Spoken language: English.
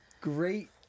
great